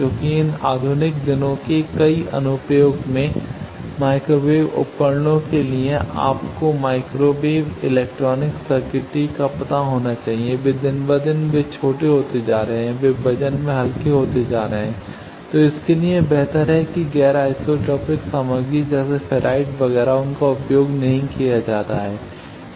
क्योंकि इन आधुनिक दिनों के कई अनुप्रयोग में इन माइक्रोवेव उपकरणों के लिए आपको माइक्रोवेव इलेक्ट्रॉनिक सर्किटरी का पता होना चाहिए वे दिन ब दिन तो इसके लिए यह बेहतर है कि गैर आइसोट्रोपिक सामग्री जैसे फेराइट्स वगैरह उनका उपयोग नहीं किया जाता है